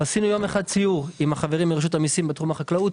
עשינו יום אחד סיור עם החברים מרשות המיסים בתחום החקלאות.